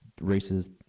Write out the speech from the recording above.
races